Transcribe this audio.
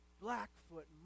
Blackfoot